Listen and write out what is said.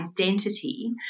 identity